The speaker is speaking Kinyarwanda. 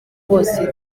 bose